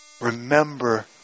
remember